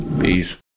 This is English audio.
Peace